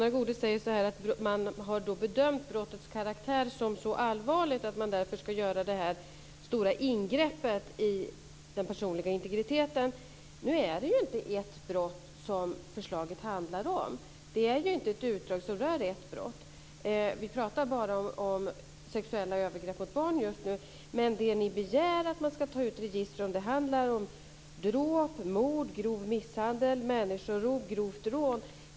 Fru talman! Jag vill bara kort säga något. Gunnar Goude säger att man har bedömt brottets karaktär som så allvarlig att man ska göra det här stora ingreppet i den personliga integriteten. Nu är det inte ett brott som förslaget handlar om. Det är inte ett utdrag som rör ett enda brott. Vi pratar bara om sexuella övergrepp mot barn just nu, men det ni begär är att man ska ta ut register om dråp, mord, grov misshandel, människorov och grovt rån.